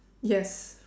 yes